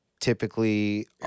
typically